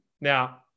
Now